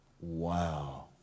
Wow